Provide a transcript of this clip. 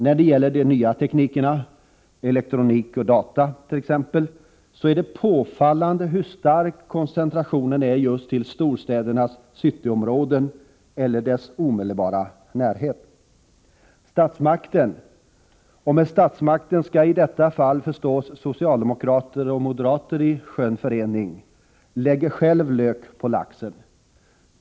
När det gäller de nya teknikerna — t.ex. elektronik och data — är det påfallande hur stark koncentrationen är just till storstädernas cityområden eller deras omedelbara närhet. Statsmakten — och med ”statsmakten” skall i detta fall förstås socialdemokrater och moderater i skön förening — lägger själv lök på laxen.